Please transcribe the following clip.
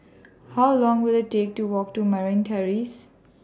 How Long Will IT Take to Walk to Merryn Terrace